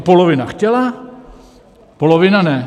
Polovina chtěla, polovina ne.